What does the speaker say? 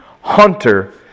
hunter